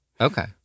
Okay